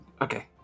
okay